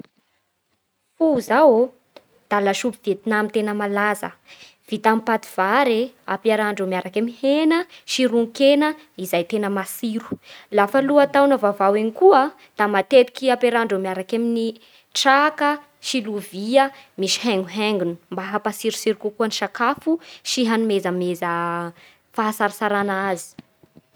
Pho zao o da lasopy vietnam tena malaza vita amin'ny paty vary e ampiarahandreo miaraky amin'ny hena sy ron-kena izay tena matsiro. Lafa lohantaona vaovao igny koa da matetiky ampiarahandreo miaraky amin'ny traka sy lovia misy haingohaingony mba hampatsirotsiro kokoa ny sakafo sy hanomezameza fahatsaratsarana azy.